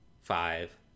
five